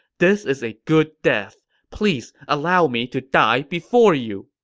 this is a good death! please allow me to die before you.